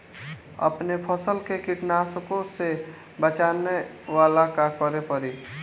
अपने फसल के कीटनाशको से बचावेला का करे परी?